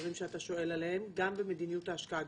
הדברים שאתה שואל עליהם גם במדיניות ההשקעה,